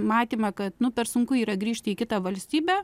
matymą kad nu per sunku yra grįžti į kitą valstybę